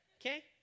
Okay